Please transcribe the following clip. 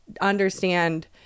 understand